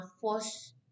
force